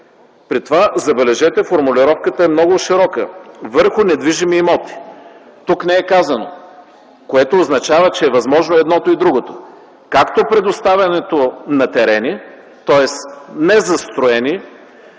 При това, забележете, формулировката е много широка – „върху недвижим имот”. Тук не е казано, което означава, че е възможно и едното, и другото – както предоставянето на терени, тоест незастроени